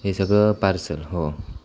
हे सगळं पार्सल हो